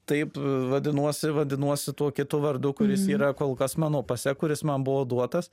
taip vadinuosi vadinuosi tuo kitu vardu kuris yra kol kas mano pase kuris man buvo duotas